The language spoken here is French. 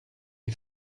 est